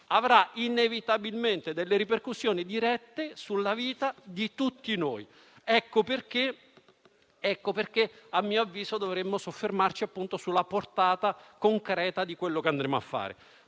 avrà inevitabilmente ripercussioni dirette sulla vita di tutti noi. Ecco perché, a mio avviso, dovremmo soffermarci sulla portata concreta di ciò che andremo ad